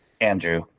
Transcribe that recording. Andrew